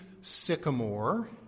Sycamore